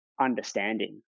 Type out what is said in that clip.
understanding